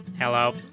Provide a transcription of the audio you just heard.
Hello